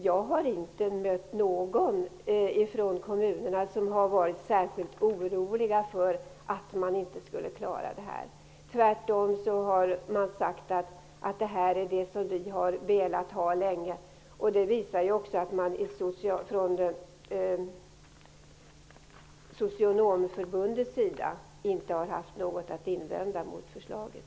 Jag har inte mött någon kommunföreträdare som har varit särskilt orolig för att man inte skall klara detta. De har sagt att detta är något som de länge har velat ha. Inte heller Socionomförbundet har haft något att invända mot förslaget.